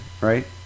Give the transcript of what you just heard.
right